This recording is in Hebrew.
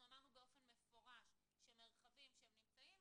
אמרנו באופן מפורש שמרחבים שנמצאים